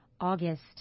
August